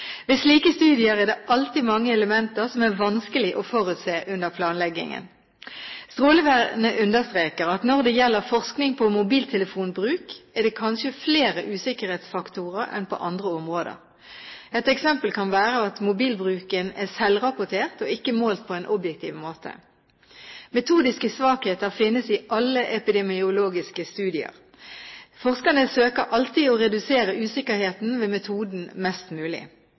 er det alltid mange elementer som er vanskelig å forutse under planleggingen. Strålevernet understreker at når det gjelder forskning på mobiltelefonbruk, er det kanskje flere usikkerhetsfaktorer enn på andre områder. Et eksempel kan være at mobilbruken er selvrapportert og ikke målt på en objektiv måte. Metodiske svakheter finnes i alle epidemiologiske studier. Forskerne søker alltid å redusere usikkerheten ved metoden mest mulig.